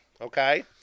okay